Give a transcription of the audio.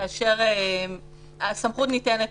אפשר לראות שהסמכות ניתנת